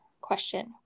question